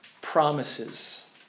promises